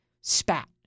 spat